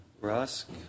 Rusk